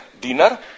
dinner